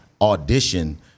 audition